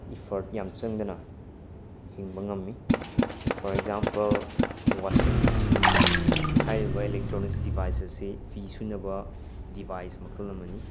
effort ꯌꯥꯝ ꯆꯪꯗꯅ ꯍꯤꯡꯕ ꯉꯝꯃꯤ ꯐꯣꯔ ꯑꯦꯛꯖꯥꯝꯄꯜ ꯋꯥꯁꯤꯡ ꯃꯦꯆꯤꯟ ꯍꯥꯏꯔꯤꯕ ꯑꯦꯂꯦꯛꯇ꯭ꯔꯣꯅꯤꯛꯁ ꯗꯤꯚꯥꯏꯁ ꯑꯁꯤ ꯐꯤ ꯁꯨꯅꯕ ꯗꯤꯚꯥꯏꯁ ꯃꯈꯜ ꯑꯃꯅꯤ